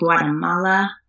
Guatemala